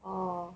oh